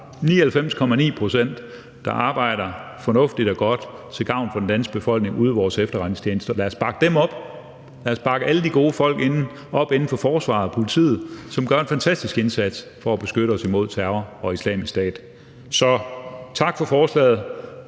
99,9 pct., der arbejder fornuftigt og godt til gavn for den danske befolkning ude i vores efterretningstjenester. Lad os bakke alle de gode folk op inden for forsvaret og politiet, som gør en fantastisk indsats for at beskytte os mod terror og Islamisk Stat. Så tak for forslaget,